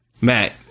Matt